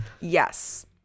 yes